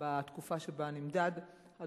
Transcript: בתקופה שבה נמדדו